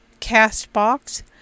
Castbox